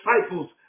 disciples